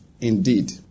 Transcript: indeed